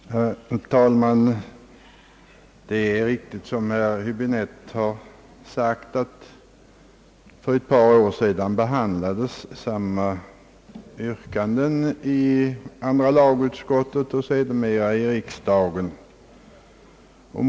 Herr talman! Det är riktigt som herr Höbinette har sagt att samma yrkanden för ett par år sedan behandlades i andra lagutskottet och sedermera i riksdagen.